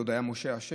זה עוד היה משה אשר,